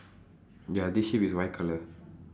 ya this sheep is white colour